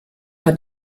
hat